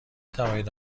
توانید